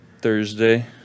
thursday